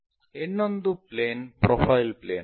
ಇನ್ನೊಂದು plain profile plain ಆಗಿದೆ